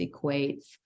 equates